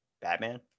Batman